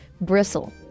bristle